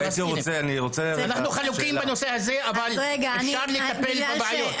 אנחנו חלוקים בנושא הזה, אבל אפשר לטפל בבעיות.